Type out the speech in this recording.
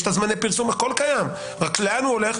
רק לאן הוא הולך?